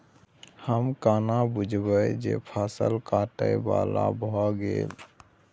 हम केना बुझब जे फसल काटय बला भ गेल?